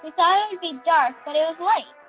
we thought it would be dark, but it was light.